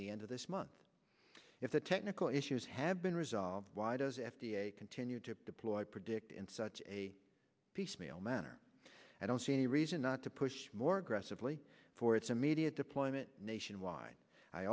the end of this month if the technical issues have been resolved why does f d a continue to deploy predict in such a piecemeal manner i don't see any reason not to push more aggressively for its immediate deployment nationwide i